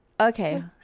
Okay